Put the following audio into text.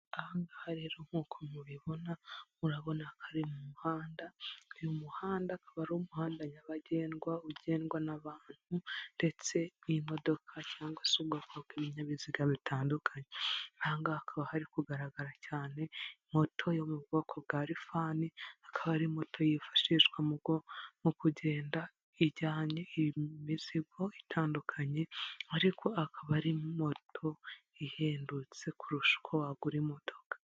Aha ngaha rero nkuko mubibona, murabona ka ari mu muhanda, uyu muhanda akaba ari umuhanda nyabagendwa ugendwa n'abantu, ndetse n'imodoka cyangwa se ubwoko bw'ibinyabiziga bitandukanye. Aha ngaha hakaba hari kugaragara cyane moto yo mu bwoko bwa lifani, akaba ari moto yifashishwa mugo mu kugenda ijyane imizigo itandukanye, ariko akaba ari moto ihendutse kurusha uko wagura imodoka.